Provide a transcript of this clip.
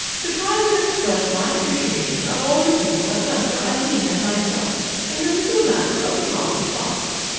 to try to express my appreciation of all you people have done for eileen and myself in the little matter of the bronze box.